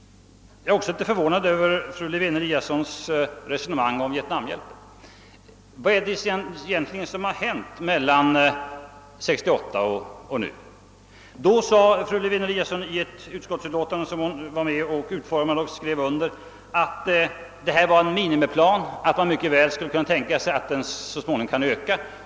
Jag är också litet förvånad över fru Lewén-Eliassons resonemang om vietnamhjälpen. Vad är det egentligen som har hänt mellan 1968 och nu? 1968 sade fru Lewén-Eliasson i det utskottsutlåtande hon var med om att utforma och också skrev under, att det var en minimiplan men att man mycket väl skulle kunna tänka sig att så småningom öka den.